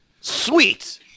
Sweet